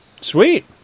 Sweet